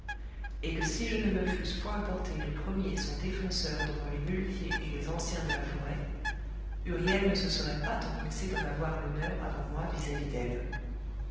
et que si je ne me fusse point porté le premier son défenseur devant les muletiers et les anciens de la forêt huriel ne se serait pas tant pressé d'en avoir l'honneur avant moi vis-à-vis d'elle